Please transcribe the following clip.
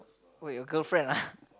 wait your girlfriend ah